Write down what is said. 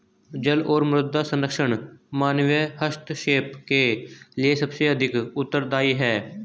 जल और मृदा संरक्षण मानवीय हस्तक्षेप के लिए सबसे अधिक उत्तरदायी हैं